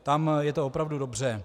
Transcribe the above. Tam je to opravdu dobře.